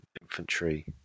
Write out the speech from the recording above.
infantry